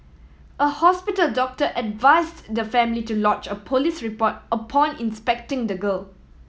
a hospital doctor advised the family to lodge a police report upon inspecting the girl